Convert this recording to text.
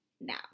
now